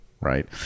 right